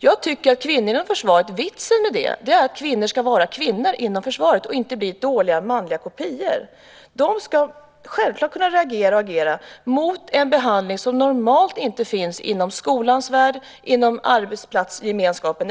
Jag tycker att vitsen med kvinnor inom försvaret är att kvinnor ska vara kvinnor inom försvaret och inte bli dåliga manskopior. De ska självklart kunna reagera och agera mot en behandling som normalt inte förekommer inom skolans värld eller inom arbetsplatsgemenskapen.